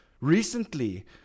recently